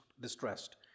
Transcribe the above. distressed